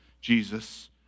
Jesus